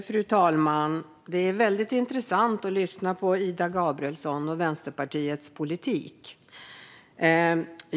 Fru talman! Det är intressant att lyssna på Ida Gabrielsson och Vänsterpartiets politik.